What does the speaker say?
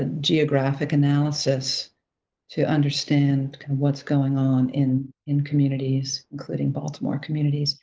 ah geographic analysis to understand what's going on in in communities, including baltimore communities.